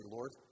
Lord